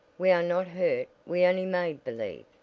we are not hurt. we only made believe!